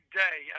day